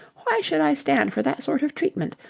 why should i stand for that sort of treatment?